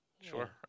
sure